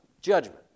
judgment